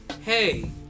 hey